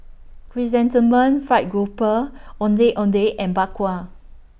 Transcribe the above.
Chrysanthemum Fried Grouper Ondeh Ondeh and Bak Kwa